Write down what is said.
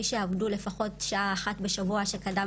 מי שעבדו לפחות שעה אחת בשבוע שקדם